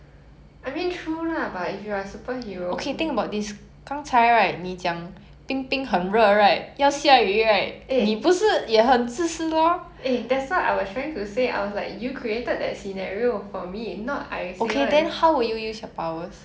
I mean true lah but if you are a superhero eh eh that's what I was trying to say I was like you created that scenario for me not I say [one]